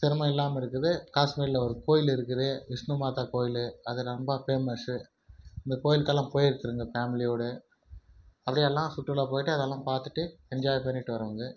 சிரமம் இல்லாமல் இருக்குது காஷ்மீரில் ஒரு கோயில் இருக்குது விஷ்ணு மாதா கோயில் அது ரொம்ப ஃபேமஸ்ஸு இந்த கோயிலுக்கெல்லாம் போயிருக்குறேங்க ஃபேமிலியோடு அப்டேயே எல்லாம் சுற்றுலா போயிட்டு அதெலாம் பார்த்துட்டு என்ஜாய் பண்ணிவிட்டு வருவோங்க